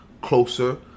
closer